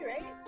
right